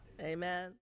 Amen